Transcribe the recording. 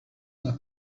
not